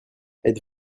êtes